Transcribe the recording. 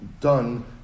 Done